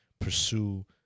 pursue